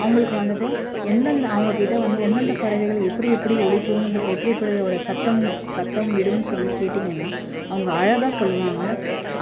அவங்களுக்கு வந்துவிட்டு என்னென்ன அவங்ககிட்ட வந்து எந்தெந்த பறவைகள் எப்படி எப்படி ஒலிக்கும்னு எப்படி எப்படியோட சத்தம் சத்தம் விடும் சொல்லி கேட்டீங்கன்னா அவங்க அழகா சொல்வாங்க